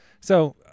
So-